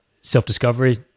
self-discovery